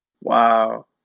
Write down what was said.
Wow